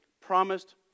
promised